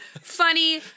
funny